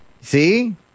See